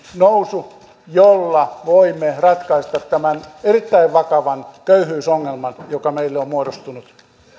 nousu jolla voimme ratkaista tämän erittäin vakavan köyhyysongelman joka meille on muodostunut